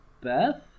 Beth